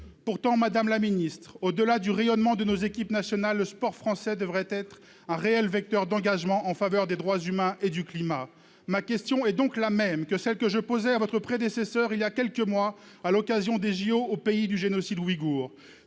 Pourtant, au-delà du rayonnement de nos équipes nationales, le sport français devrait être un réel vecteur d'engagement en faveur des droits humains et du climat. Ma question est donc la même que celle que je posais à votre prédécesseur voilà quelques mois, à l'occasion des jeux Olympiques au pays du génocide ouïghour